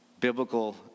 biblical